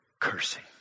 Cursing